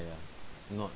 ya ya not